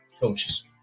Coaches